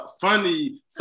funny